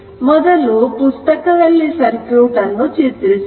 ಮೊದಲು ಪುಸ್ತಕ ದಲ್ಲಿ ಸರ್ಕ್ಯೂಟ್ ಅನ್ನು ಚಿತ್ರಿಸೋಣ